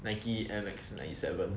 Nike air max ninety seven